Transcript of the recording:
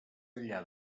enllà